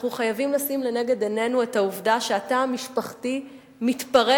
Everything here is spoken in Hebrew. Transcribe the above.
אנחנו חייבים לשים לנגד עינינו את העובדה שהתא המשפחתי מתפרק,